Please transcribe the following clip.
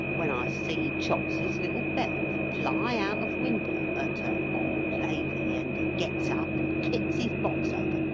when i see chops's little bell fly out of winder at a old lady, and he gets up and kicks his box over,